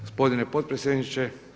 Gospodine potpredsjedniče.